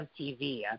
MTV